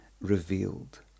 revealed